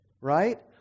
right